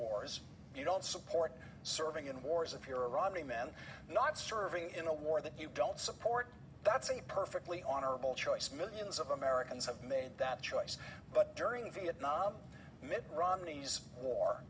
wars you don't support serving in wars if you're a romney man not serving in a war that you don't support that's a perfectly honorable choice millions of americans have made that choice but to during the vietnam m